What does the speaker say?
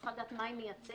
צריכה לדעת מה היא מייצגת.